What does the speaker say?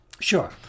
Sure